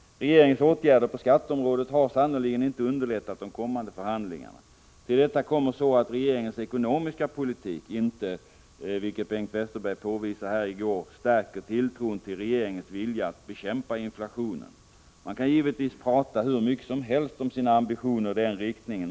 Regeringens åtgärder på skatteområdet har sannerligen inte underlättat de kommande förhandlingarna. Till detta kommer att regeringens ekonomiska politik inte — vilket Bengt Westerberg påvisade här i går — stärker tilltron till regeringens vilja att bekämpa inflationen. Man kan givetvis tala hur mycket som helst om sina ambitioner i den riktningen.